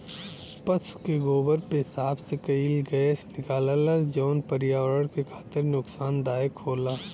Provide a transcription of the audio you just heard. पसु के गोबर पेसाब से कई गैस निकलला जौन पर्यावरण के खातिर नुकसानदायक होला